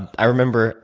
i remember